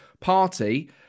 party